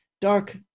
dark